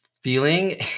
feeling